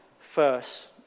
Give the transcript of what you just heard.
first